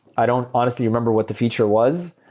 i don't honestly remember what the feature was.